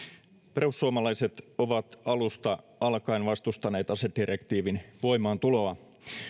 perussuomalaiset ovat alusta alkaen vastustaneet asedirektiivin voimaantuloa